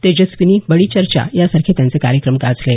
तेजस्वीनी बडीचर्चा यासारखे त्यांचे कार्यक्रम गाजले